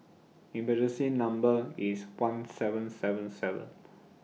emergency Number IS one seven seven seven